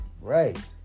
right